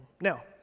Now